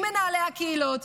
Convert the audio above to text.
עם מנהלי הקהילות,